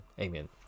Amen